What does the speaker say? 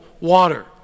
water